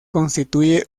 constituye